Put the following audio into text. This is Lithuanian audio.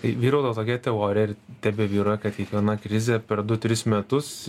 tai vyraujao tokia teorija ir tebevyrauja kad kiekviena krizė per du tris metus